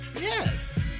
Yes